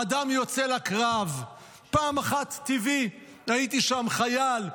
אדם יוצא לקרב פעם אחת, טבעי, הייתי שם חייל,